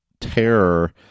terror